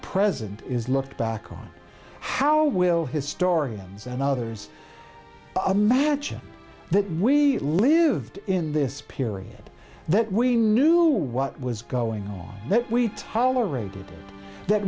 present is looked back on how will historians and others a match that we lived in this period that we knew what was going on that we tolerated that